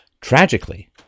Tragically